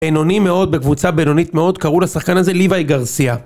בינוני מאוד בקבוצה בינונית מאוד, קראו לשחקן הזה ליווי גרסיה.